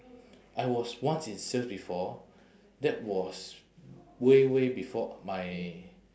I was once in sales before that was way way before my